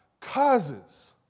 Causes